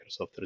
Microsoft